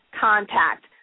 contact